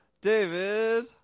David